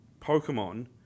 Pokemon